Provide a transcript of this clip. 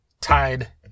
tied